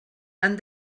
han